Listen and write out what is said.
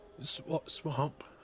Swamp